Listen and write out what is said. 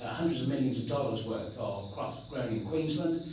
ah hundreds of millions of dollars' worth of crops grown in queensland.